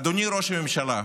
אדוני ראש הממשלה,